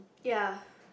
ya